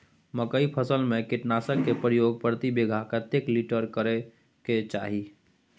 मकई फसल में कीटनासक के प्रयोग प्रति बीघा कतेक लीटर करय के चाही?